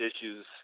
issues